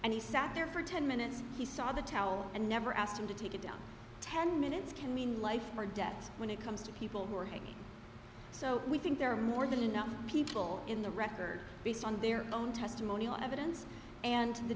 and he sat there for ten minutes he saw the towel and never asked him to take it down ten minutes can mean life or death when it comes to people who are hanging so we think there are more than enough people in the record based on their own testimonial evidence and the